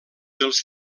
dels